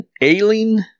ailing